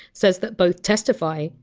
says that both! testify!